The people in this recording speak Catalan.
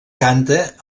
canta